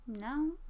No